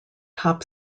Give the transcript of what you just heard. top